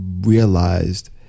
realized